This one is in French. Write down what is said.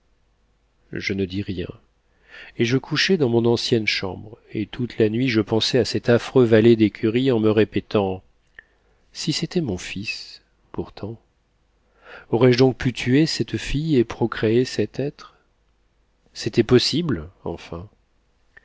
je ne dis rien et je couchai dans mon ancienne chambre et toute la nuit je pensai à cet affreux valet d'écurie en me répétant si c'était mon fils pourtant aurais-je donc pu tuer cette fille et procréer cet être c'était possible enfin